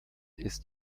ist